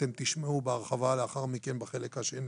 אתם תשמעו על כך בהרחבה, לאחר מכן, בחלק השני